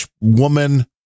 woman